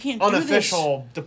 unofficial